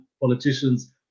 politicians